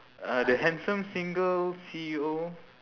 uh the handsome single C_E_O